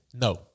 no